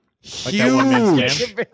Huge